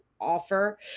offer